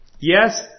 Yes